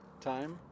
time